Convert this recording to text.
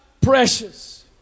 precious